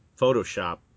Photoshop